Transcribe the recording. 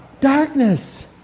darkness